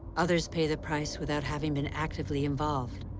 others pay the price without having been actively involved.